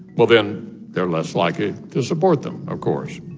well, then they're less likely to support them, of course.